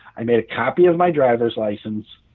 i made a copy of my driver's license.